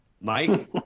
Mike